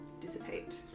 dissipate